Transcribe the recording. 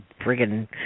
friggin